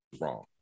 wrong